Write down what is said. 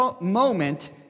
moment